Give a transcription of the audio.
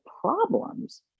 problems